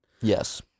Yes